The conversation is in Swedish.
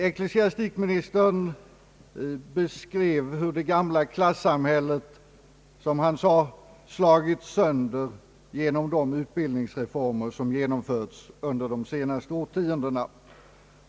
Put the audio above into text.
Ecklesiastikministern beskrev hur det gamla klassamhället, som han sade, slagits sönder genom de utbildningsreformer som genomförts under de senaste årtiondena.